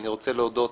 אני רוצה להודות